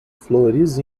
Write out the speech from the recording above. flores